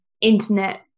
internet